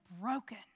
broken